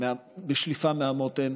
בשליפה מהמותן